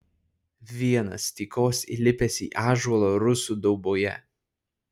vienas tykos įlipęs į ąžuolą rusų dauboje